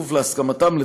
בכפוף להסכמתם,